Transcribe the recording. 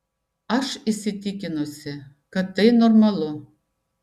aš įsitikinusi kad tai normalu